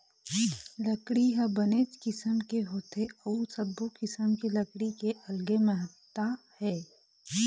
लकड़ी ह बनेच किसम के होथे अउ सब्बो किसम के लकड़ी के अलगे महत्ता हे